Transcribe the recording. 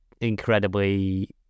Incredibly